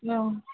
ஆ